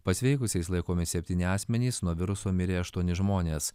pasveikusiais laikomi septyni asmenys nuo viruso mirė aštuoni žmonės